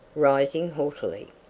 rising haughtily.